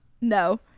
no